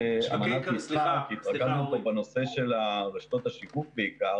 בנושא של רשתות השיווק.